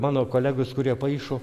mano kolegos kurie paišo